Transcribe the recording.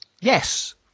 Yes